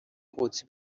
قدسی